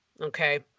Okay